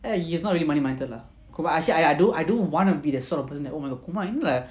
ya he's not really money minded lah actually I do I do want to be the sort of person that oh my god kumar you look like